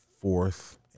fourth